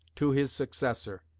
to his successor.